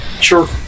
Sure